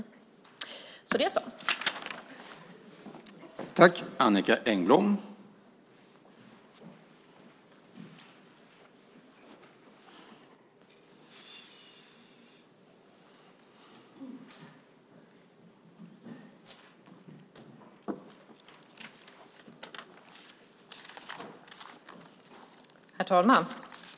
Så det så!